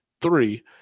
three